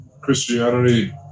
Christianity